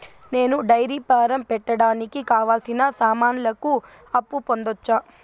నేను dairy farm పెట్టడానికి కావాల్సిన సామాన్లకు అప్పు పొందొచ్చా?